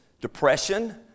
depression